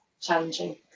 challenging